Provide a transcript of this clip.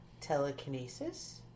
telekinesis